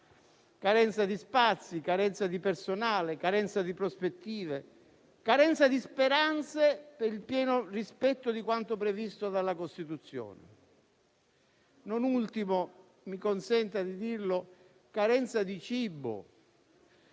carenza di spazi, carenza di personale, carenza di prospettive, carenza di speranze per il pieno rispetto di quanto previsto dalla Costituzione. Non ultimo - mi consenta di dirlo - carenza di cibo.